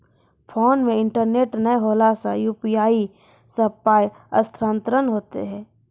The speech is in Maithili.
फोन मे इंटरनेट नै रहला सॅ, यु.पी.आई सॅ पाय स्थानांतरण हेतै?